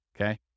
Okay